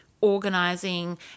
organizing